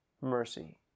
mercy